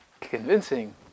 convincing